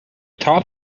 top